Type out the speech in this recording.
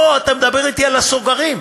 פה אתם מדברים אתי על הסוגרים,